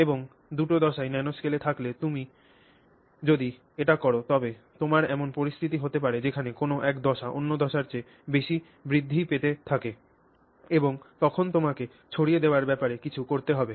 এবং দুটো দশাই ন্যানোস্কেলে থাকলে যদি তুমি এটি কর তবে তোমার এমন পরিস্থিতি হতে পারে যেখানে কোনও এক দশা অন্য দশার চেয়ে বেশি বৃদ্ধি পেতে থাকে এবং তখন তোমাকে ছড়িয়ে দেওয়ার ব্যাপারে কিছু করতে হবে